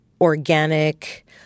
organic